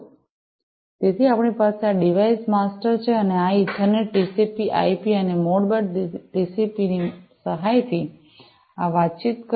અને તેથી આપણી પાસે આ ડિવાઇસ માસ્ટર છે અને આ ઇથરનેટ ટીસીપી આઈપીethernet TCPIP અને મોડબસ ટીસીપી ની સહાયથી આ વાતચીત કરશે